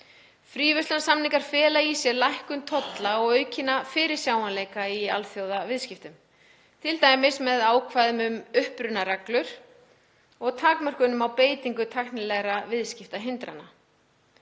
Fríverslunarsamningar fela í sér lækkun tolla og aukinn fyrirsjáanleika í alþjóðaviðskiptum, t.d. með ákvæðum um upprunareglur og takmörkunum á beitingu tæknilegra viðskiptahindrana.